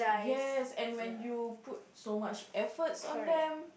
yes and when you put so much efforts on them